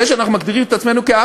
זה שאנחנו מגדירים את עצמנו כעם,